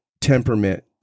temperament